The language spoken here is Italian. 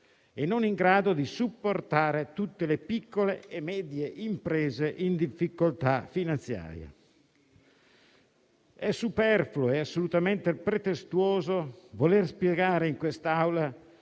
e non in grado di supportare tutte le piccole e medie imprese in difficoltà finanziaria. È superfluo e assolutamente pretestuoso voler spiegare in quest'Aula